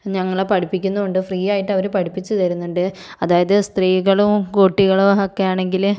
ഞങ്ങളെ പഠിപ്പിക്കുന്നുണ്ട് ഫ്രീയായിട്ട് അവർ പഠിപ്പിച്ചു തരുന്നുണ്ട് അതായത് സ്ത്രീകളും കുട്ടികളും ഒക്കെയാണെങ്കിൽ മേ